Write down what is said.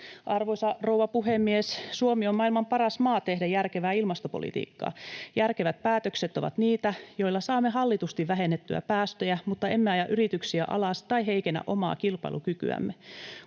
Arvoisa rouva puhemies! Suomi on maailman paras maa tehdä järkevää ilmastopolitiikkaa. Järkevät päätökset ovat niitä, joilla saamme hallitusti vähennettyä päästöjä mutta emme aja yrityksiä alas tai heikennä omaa kilpailukykyämme.